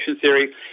theory